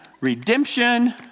redemption